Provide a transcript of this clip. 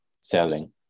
selling